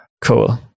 Cool